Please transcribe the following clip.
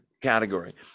category